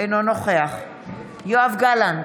אינו נוכח יואב גלנט,